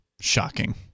Shocking